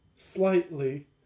Slightly